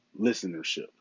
listenership